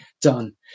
done